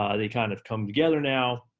um they kind of come together now.